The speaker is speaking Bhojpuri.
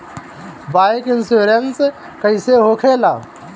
बाईक इन्शुरन्स कैसे होखे ला?